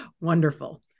Wonderful